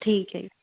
ਠੀਕ ਹੈ